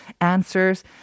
answers